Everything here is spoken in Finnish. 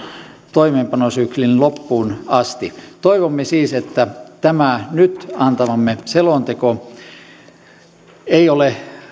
toimeenpanosyklin loppuun asti toivomme siis että tämä nyt antamamme selonteko ei ole